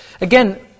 Again